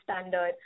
standard